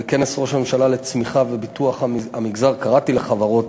בכנס ראש הממשלה לצמיחה ופיתוח המגזר קראתי לחברות